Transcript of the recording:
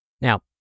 Now